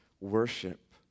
worship